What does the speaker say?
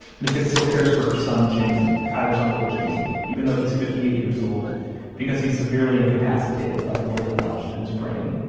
ms. hicks still cares for her son, jimmy, tyler's uncle jimmy, even though he's fifty eight years old because he's severely incapacitated by the bullet lodged in his brain.